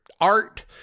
art